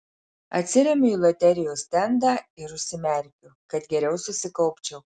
atsiremiu į loterijos stendą ir užsimerkiu kad geriau susikaupčiau